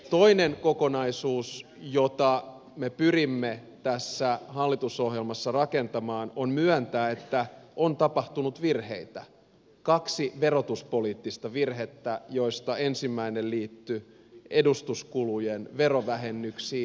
toinen kokonaisuus jota me pyrimme tässä hallitusohjelmassa rakentamaan on myöntää että on tapahtunut virheitä kaksi verotuspoliittista virhettä joista ensimmäinen liittyi edustuskulujen verovähennyksiin